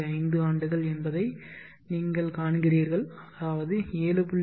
5 ஆண்டுகள் என்பதை நீங்கள் காண்கிறீர்கள் அதாவது 7